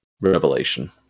revelation